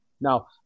Now